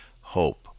hope